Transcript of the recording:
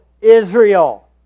Israel